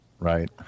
Right